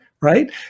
right